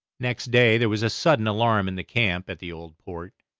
next day there was a sudden alarm in the camp at the old port.